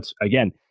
again